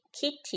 Kitty